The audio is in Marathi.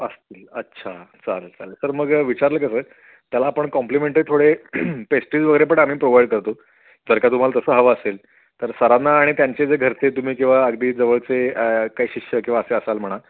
असतील अच्छा चालेल चालेल सर मग विचारलं का सर त्याला आपण कॉम्प्लमेंटरी थोडे पेस्टीज वगैरे पण आम्ही प्रोव्हाइड करतो जर का तुम्हाला तसं हवं असेल तर सरांना आणि त्यांचे जे घरचे तुम्ही किंवा अगदी जवळचे काही शिष्य किंवा असे असाल म्हणा